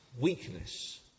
weakness